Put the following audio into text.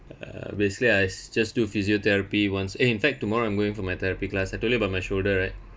uh basically I s~ just do physiotherapy once eh in fact tomorrow I'm going for my therapy class I told you about my shoulder right